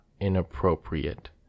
inappropriate